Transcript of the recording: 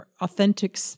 authentic